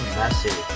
messy